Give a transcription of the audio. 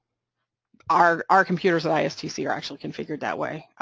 our our computers at istc are actually configured that way,